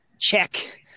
check